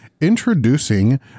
Introducing